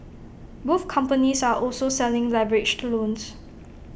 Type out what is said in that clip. both companies are also selling leveraged loans